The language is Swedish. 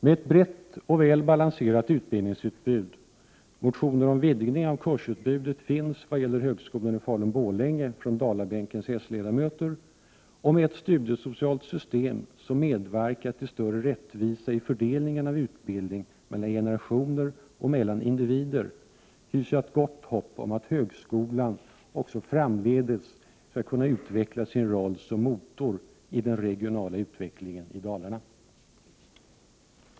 Med ett brett och väl balanserat utbildningsutbud — motioner om vidgning av kursutbudet finns vad gäller högskolan i Falun/Borlänge från dalabänkens s-ledamöter — och med ett studiesocialt system som medverkar till större rättvisa i fördelningen av utbildning mellan generationer och mellan individer hyser jag ett gott hopp om att högskolan också framdeles skall kunna utveckla sin roll som ”motor” i den regionala utvecklingen i Dalarna.